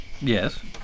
Yes